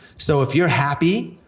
so if you're happy,